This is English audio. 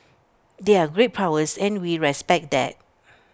they're great powers and we respect that